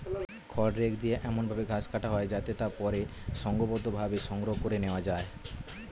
খড় রেক দিয়ে এমন ভাবে ঘাস কাটা হয় যাতে তা পরে সংঘবদ্ধভাবে সংগ্রহ করে নেওয়া যায়